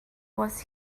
was